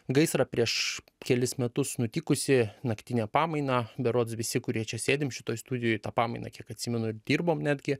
gaisrą prieš kelis metus nutikusį naktinę pamainą berods visi kurie čia sėdim šitoj studijoj tą pamainą kiek atsimenu dirbom netgi